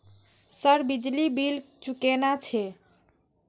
Sir बिजली bill चूकेना छे?